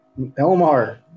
Elmar